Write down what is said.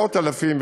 מאות אלפים,